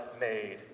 made